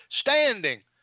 standing